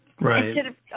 Right